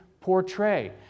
portray